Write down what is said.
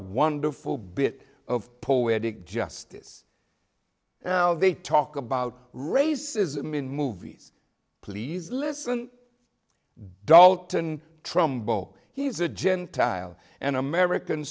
wonderful bit of poetic justice now they talk about racism in movies please listen dalton trumbo he's a gentile an american